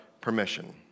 permission